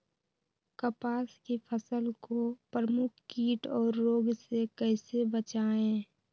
कपास की फसल को प्रमुख कीट और रोग से कैसे बचाएं?